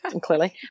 clearly